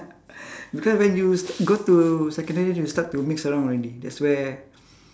because when you go to secondary you start to mix around already that's where